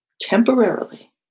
temporarily